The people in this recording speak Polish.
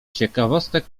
ciekawostek